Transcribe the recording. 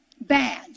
bad